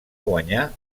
guanyar